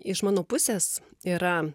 iš mano pusės yra